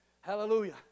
Hallelujah